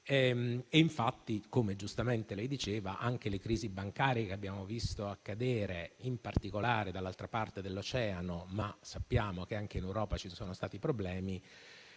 Infatti, come lei giustamente ha detto, le crisi bancarie che abbiamo visto accadere, in particolare dall'altra parte dell'oceano (ma sappiamo che anche in Europa ci sono stati problemi),